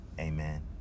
Amen